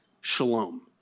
shalom